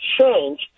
change